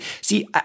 See